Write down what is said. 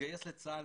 מתגייס לצה"ל,